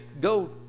go